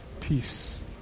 peace